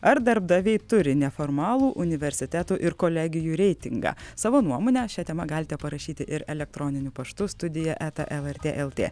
ar darbdaviai turi neformalų universitetų ir kolegijų reitingą savo nuomonę šia tema galite parašyti ir elektroniniu paštu studija eta lrt lt